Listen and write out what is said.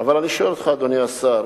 אבל אני שואל אותך, אדוני השר,